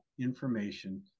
information